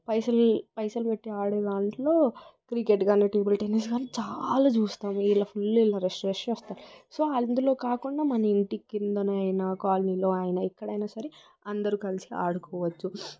పైసలు పైసలు పెట్టి ఆడే దాంట్లో క్రికెట్ కాని టేబుల్ టెన్నిస్ కాని చాలా చూస్తాం ఇలా ఫుల్ రష్షు రష్షు వస్తారు సో అందులో కాకుండా మన ఇంటి కిందన అయినా కాలనీలో అయినా ఎక్కడైనా సరే అందరు కలిసి ఆడుకోవచ్చు